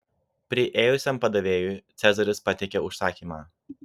priėjusiam padavėjui cezaris pateikė užsakymą